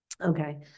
Okay